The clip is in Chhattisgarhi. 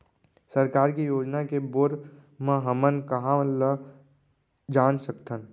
सरकार के योजना के बारे म हमन कहाँ ल जान सकथन?